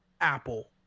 apple